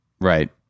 Right